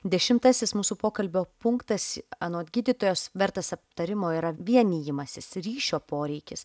dešimtasis mūsų pokalbio punktas anot gydytojos vertas aptarimo yra vienijimasis ryšio poreikis